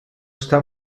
està